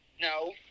no